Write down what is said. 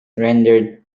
rendered